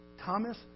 Thomas